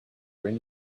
bring